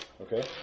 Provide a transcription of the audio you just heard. Okay